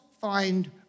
find